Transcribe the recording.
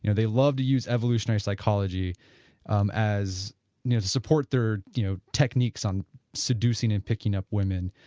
you know they love to use evolutionary psychology um as you know to support their you know techniques on seducing and picking up women.